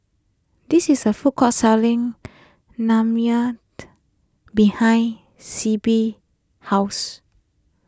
there is a food court selling behind Sibbie's house